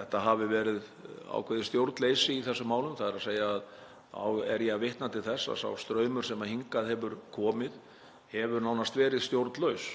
að það hafi verið ákveðið stjórnleysi í þessum málum. Þá er ég að vitna til þess að sá straumur sem hingað hefur komið hefur nánast verið stjórnlaus.